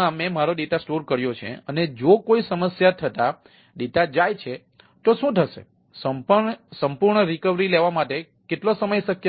માં મેં મારો ડેટા સ્ટોર કર્યો છે અને જો કોઈ સમસ્યા થતા ડેટા જાય છે તો શું થશે સંપૂર્ણ રિકવરી લેવા માટે કેટલો સમય શક્ય છે